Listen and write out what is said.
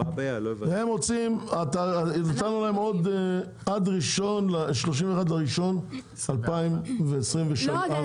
נתנו להם עד 31.1.24. לא,